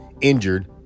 injured